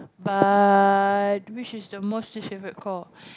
but which is the most least favourite call